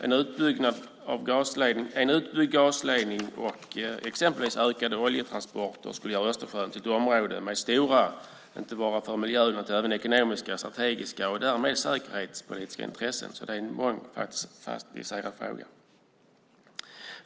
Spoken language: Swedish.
En utbyggd gasledning och exempelvis ökade oljetransporter skulle göra Östersjön till ett område med stora intressen, inte bara för miljön, utan även när det gäller ekonomiska och strategiska och därmed säkerhetspolitiska intressen. Detta är alltså en mångfasetterad fråga.